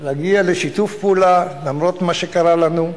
להגיע לשיתוף פעולה, למרות מה שקרה לנו,